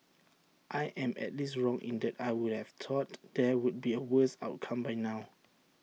I am at least wrong in that I would have thought there would be A worse outcome by now